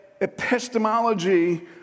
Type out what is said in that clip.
epistemology